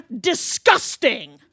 disgusting